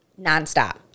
Nonstop